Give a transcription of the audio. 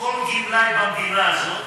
כל גמלאי במדינה הזאת,